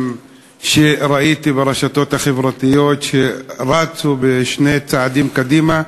שראיתי ברשתות החברתיות שרצו שני צעדים קדימה,